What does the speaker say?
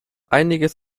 einiges